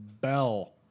Bell